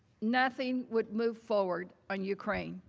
nothing would move forward on ukraine.